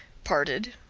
parted,